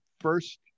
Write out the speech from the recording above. first